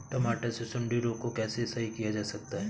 टमाटर से सुंडी रोग को कैसे सही किया जा सकता है?